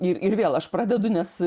ir ir vėl aš pradedu nes